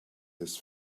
his